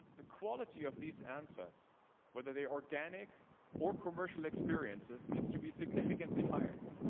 the quality of these answers whether they're organic or commercial experiences needs to be significantly higher.